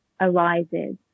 arises